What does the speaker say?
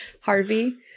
harvey